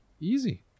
Easy